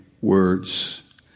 words